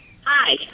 Hi